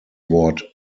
wort